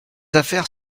affaires